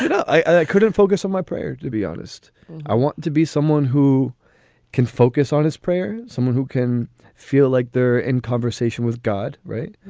i couldn't focus on my prayer, to be honest i wanted to be someone who can focus on his prayer, someone who can feel like they're in conversation with god. right.